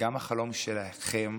וגם החלום שלכם,